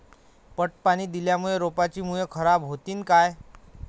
पट पाणी दिल्यामूळे रोपाची मुळ खराब होतीन काय?